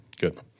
good